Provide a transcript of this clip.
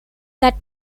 that